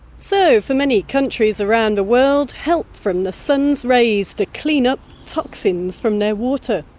so, for many countries around the world, help from the sun's rays to clean up toxins from their water.